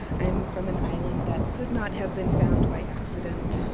i'm from an island that could not have been found by accident.